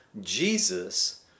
Jesus